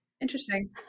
interesting